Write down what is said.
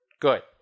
Good